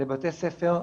לבתי ספר חדשים.